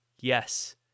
Yes